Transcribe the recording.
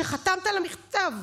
שחתמת על המכתב.